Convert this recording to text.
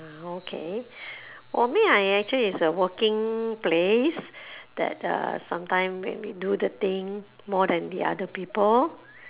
ah okay for me I actually is uh working place that uh sometime when we do the thing more than the other people